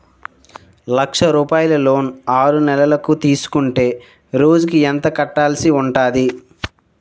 లక్ష రూపాయలు లోన్ ఆరునెలల కు తీసుకుంటే రోజుకి ఎంత కట్టాల్సి ఉంటాది?